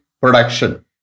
production